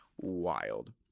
Wild